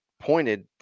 pointed